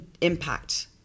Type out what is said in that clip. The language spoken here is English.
impact